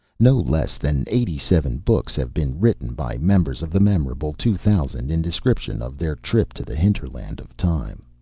no less than eighty-seven books have been written by members of the memorable two thousand in description of their trip to the hinterland of time,